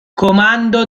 comando